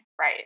Right